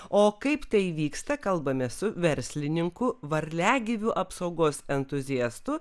o kaip tai vyksta kalbamės su verslininku varliagyvių apsaugos entuziastu